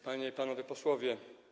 Panie i Panowie Posłowie!